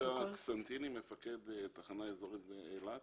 אני יהודה קסנטיני, מפקד תחנה אזורית באילת.